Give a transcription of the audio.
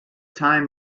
time